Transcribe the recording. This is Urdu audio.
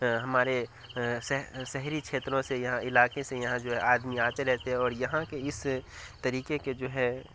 ہمارے شہری چھیتروں سے یہاں علاقے سے یہاں جو ہے آدمی آتے رہتے ہیں اور یہاں کے اس طریقے کے جو ہے